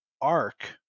arc